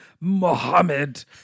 Mohammed